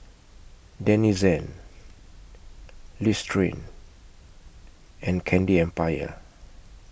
Denizen Listerine and Candy Empire